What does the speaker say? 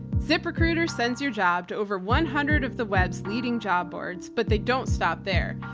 zip recruiter sends your job to over one hundred of the web's leading job boards but they don't stop there.